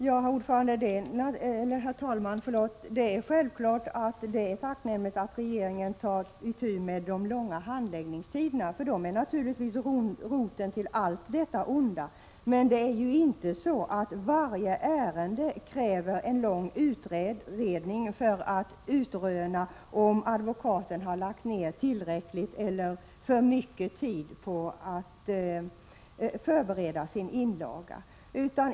Herr talman! Det är självklart att det är tacknämligt att regeringen tar itu med de långa handläggningstiderna — de är naturligtvis roten till allt detta onda. Men det är ju inte så att varje ärende kräver en lång utredning för att man skall utröna om advokaten har lagt ned tillräckligt med tid på att förbereda sin inlaga.